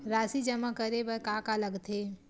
राशि जमा करे बर का का लगथे?